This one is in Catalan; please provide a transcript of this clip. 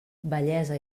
bellesa